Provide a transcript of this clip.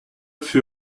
fut